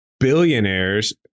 billionaires